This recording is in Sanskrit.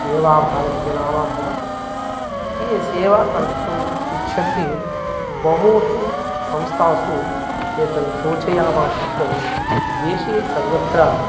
सेवा भारती जनाः वा भवतु ये सेवाकर्तुम् इच्छन्ति बहूषु संस्थासु एतत् सूचयामः चेत् देशे सर्वत्र